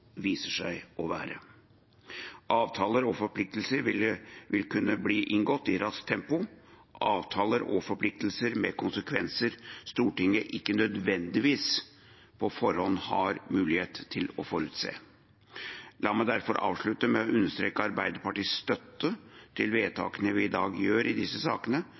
viser seg å være. Avtaler og forpliktelser vil kunne bli inngått i raskt tempo, avtaler og forpliktelser med konsekvenser Stortinget ikke nødvendigvis på forhånd har muligheten til å forutse. La meg derfor avslutte med å understreke Arbeiderpartiets støtte til vedtakene vi i dag gjør i disse sakene,